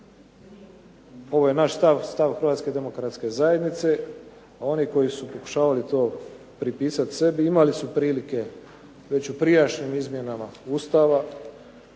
ovo je naš stav, stav Hrvatske demokratske zajednice a oni koji su pokušavali to pripisati sebi, imali su prilike već u prijašnjim izmjenama Ustava